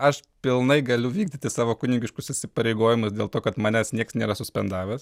aš pilnai galiu vykdyti savo kunigiškus įsipareigojimus dėl to kad manęs nieks nėra suspendavęs